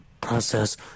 process